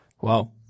Wow